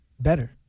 better